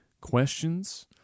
questions